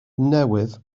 newydd